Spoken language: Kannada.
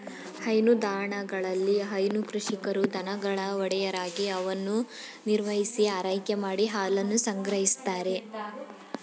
ಹೈನುದಾಣಗಳಲ್ಲಿ ಹೈನು ಕೃಷಿಕರು ದನಗಳ ಒಡೆಯರಾಗಿ ಅವನ್ನು ನಿರ್ವಹಿಸಿ ಆರೈಕೆ ಮಾಡಿ ಹಾಲನ್ನು ಸಂಗ್ರಹಿಸ್ತಾರೆ